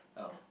oh